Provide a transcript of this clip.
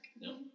No